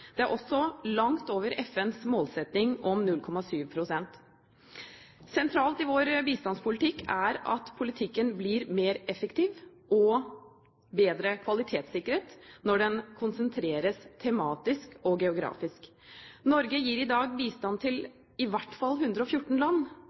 Det er også langt over FNs målsetting om 0,7 pst. Sentralt i vår bistandspolitikk er at politikken blir mer effektiv og bedre kvalitetssikret når den konsentreres tematisk og geografisk. Norge gir i dag bistand til